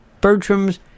Bertram's